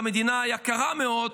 אנחנו גם מדינה יקרה מאוד,